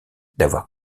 d’avoir